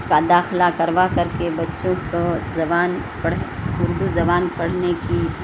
کا داخلہ کروا کر کے بچوں کو زبان پڑھ اردو زبان پڑھنے کی